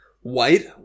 White